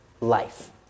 life